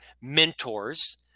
Mentors